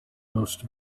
most